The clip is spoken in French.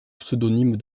pseudonyme